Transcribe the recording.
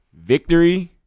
Victory